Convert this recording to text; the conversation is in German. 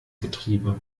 getriebe